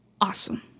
awesome